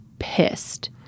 pissed